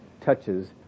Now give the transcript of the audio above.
touches